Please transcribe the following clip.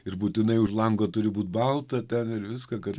ir būtinai už lango turi būt balta ten ir viską kad